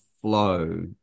flow